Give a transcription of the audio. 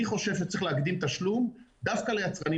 אני חושב שצריך להקדים תשלום דווקא ליצרנים